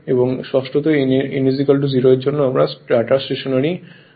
এখন স্পষ্টতই n 0 এর জন্য যে আমার রটার স্টেশনারী হয়